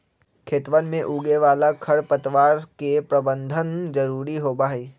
खेतवन में उगे वाला खरपतवार के प्रबंधन जरूरी होबा हई